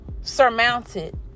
surmounted